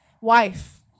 wife